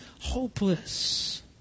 hopeless